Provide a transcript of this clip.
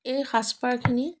এই সাজপাৰখিনি